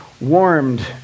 warmed